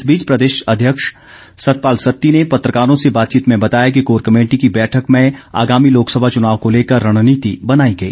इस बीच प्रदेश अध्यक्ष सतपाल सत्ती ने पत्रकारों से बातचीत में बताया कि कोर कमेटी की बैठक में आगामी लोकसभा चुनाव को लेकर रणनीति बनाई गई